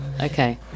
Okay